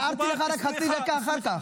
הערתי לך רק חצי דקה אחר כך.